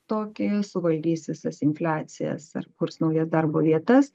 tokį suvaldys visas infliacijas ar kurs naujas darbo vietas